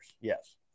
Yes